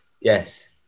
yes